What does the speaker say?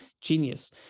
genius